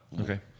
okay